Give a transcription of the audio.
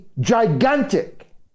gigantic